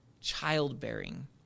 Childbearing